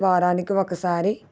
వారానికి ఒకసారి